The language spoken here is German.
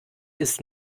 ist